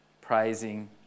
praising